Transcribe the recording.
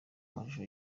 amashusho